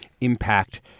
impact